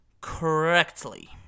correctly